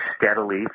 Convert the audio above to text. steadily